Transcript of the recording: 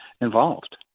involved